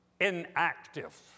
Inactive